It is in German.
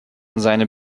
seine